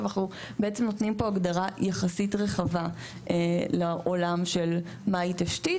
אבל אנחנו בעצם נותנים פה הגדרה יחסית רחבה לעולם של מהי תשתית.